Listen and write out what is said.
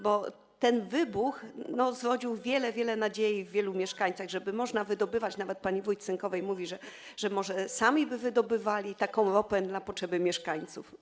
Bo ten wybuch zrodził wiele, wiele nadziei w wielu mieszkańcach, że można wydobywać, nawet pani wójt Sękowej mówi, że może sami by wydobywali taką ropę na potrzeby mieszkańców.